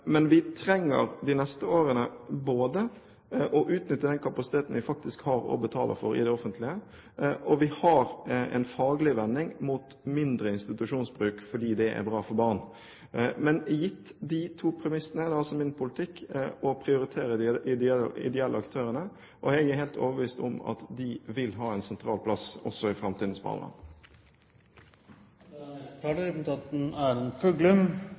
Men vi trenger de neste årene både å utnytte den kapasiteten vi faktisk har og betaler for i det offentlige, og å ha en faglig vending mot mindre institusjonsbruk, fordi det er bra for barn. Men gitt de to premissene er det altså min politikk å prioritere de ideelle aktørene. Jeg er helt overbevist om at de vil ha en sentral plass også i framtidens barnevern. Replikkordskiftet er